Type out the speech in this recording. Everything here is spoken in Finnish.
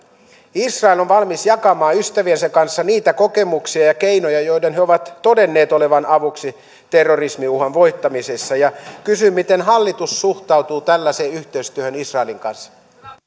israel on valmis jakamaan ystäviensä kanssa niitä kokemuksia ja keinoja joiden he ovat todenneet olevan avuksi terrorismiuhan voittamisessa ja kysyn miten hallitus suhtautuu tällaiseen yhteistyöhön israelin kanssa